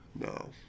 No